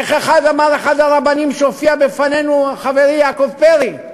איך אמר אחד הרבנים שהופיע בפנינו, חברי יעקב פרי?